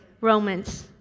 Romans